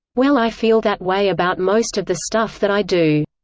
well i feel that way about most of the stuff that i do.